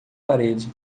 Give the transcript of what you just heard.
parede